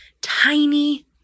tiny